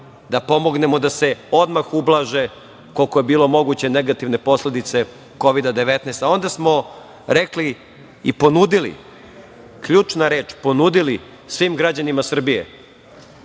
da pomognemo da se odmah ublaže, koliko je bilo moguće, negativne posledice Kovida – 19.Onda smo rekli i ponudili, ključna reč – ponudili, svim građanima Srbije